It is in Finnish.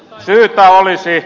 syytä olisi